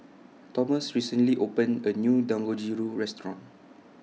Thomas recently opened A New Dangojiru Restaurant